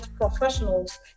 professionals